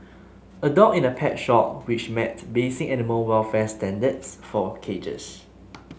a dog in a pet shop which met basic animal welfare standards for cages